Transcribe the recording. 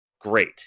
Great